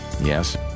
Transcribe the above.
Yes